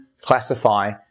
classify